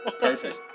Perfect